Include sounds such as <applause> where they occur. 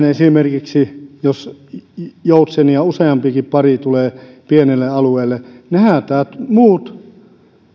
<unintelligible> esimerkiksi meillä päin joutsenia useampikin pari tulee pienelle alueelle ne häätävät muut